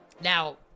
Now